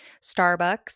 Starbucks